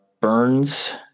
Burns